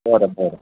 बरं बरं